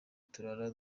turara